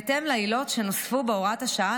בהתאם לעילות שנוספו בהוראת השעה,